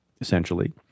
essentially